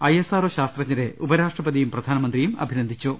ISRO ശാസ്ത്രജ്ഞരെ ഉപരാഷ്ട്രപ തിയും പ്രധാനമന്ത്രിയും അഭിനന്ദിച്ചു